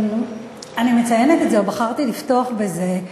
אני מציינת את זה, או בחרתי לפתוח בזה,